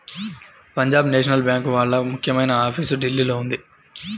Punjab National bank వాళ్ళ ముఖ్యమైన office ఢిల్లీలో ఉంది